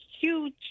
huge